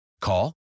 Call